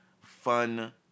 fun